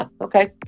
Okay